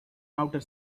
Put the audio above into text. outer